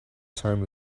time